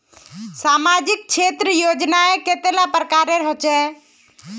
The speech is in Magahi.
सामाजिक क्षेत्र योजनाएँ कतेला प्रकारेर होचे?